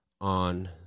on